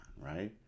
right